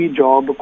job